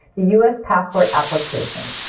the us passport application.